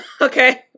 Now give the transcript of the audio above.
Okay